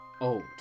old